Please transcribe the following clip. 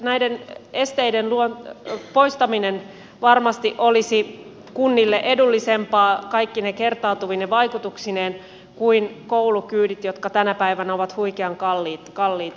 näiden esteiden poistaminen olisi varmasti kunnille edullisempaa kaikkine kertautuvine vaikutuksineen kuin koulukyydit jotka tänä päivänä ovat huikean kalliita